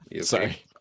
sorry